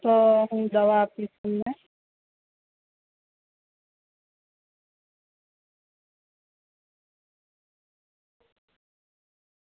હ તો હું દવા આપીશ તમને